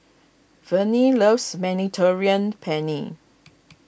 Verne loves Mediterranean Penne